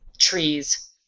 Trees